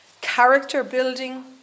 character-building